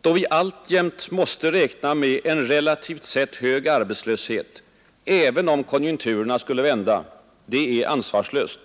då vi alltjämt måste räkna med en relativt sett hög arbetslöshet, även om konjunk turerna skulle vända, är ansvarslöst.